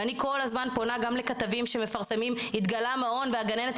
אני כל הזמן פונה גם לכתבים שמפרסמים: התגלה מעון וכך עשתה הגננת,